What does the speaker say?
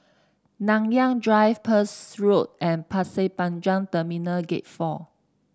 Nanyang Drive Peirce Road and Pasir Panjang Terminal Gate Four